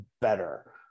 better